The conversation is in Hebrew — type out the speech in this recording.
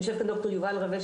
אני חושבת שדוקטור יובל רווה,